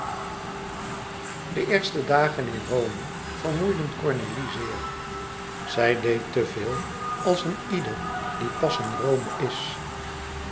de eerste dagen in rome vermoeiden cornélie zeer zij deed te veel als een ieder die pas in rome is